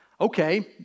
Okay